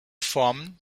formen